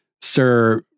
sir